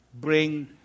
bring